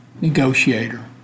negotiator